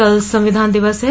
कल संविधान दिवस है